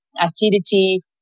acidity